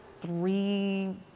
three